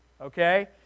okay